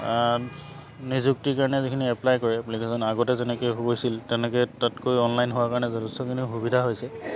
নিযুক্তিৰ কাৰণে যিখিনি এপ্লাই কৰে এপ্লিকেশ্যন আগতে যেনেকে হৈছিল তেনেকৈ তাতকৈ অনলাইন হোৱাৰ কাৰণে যথেষ্টখিনি সুবিধা হৈছে